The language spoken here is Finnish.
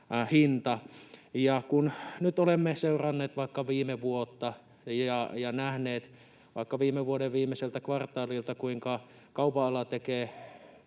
Kun nyt olemme seuranneet vaikka viime vuotta ja nähneet vaikka viime vuoden viimeiseltä kvartaalilta, kuinka kaupan ala tekee